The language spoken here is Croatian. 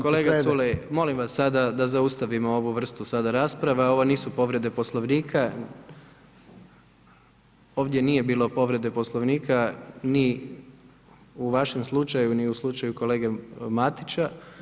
Kolega Culej, molim vas sada da zaustavimo ovu vrstu sada rasprava, ovo nisu povrede Poslovnika, ovdje nije bilo povrede Poslovnika ni u vašem slučaju ni u slučaju kolege Matića.